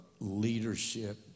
leadership